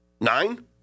Nine